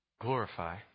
glorify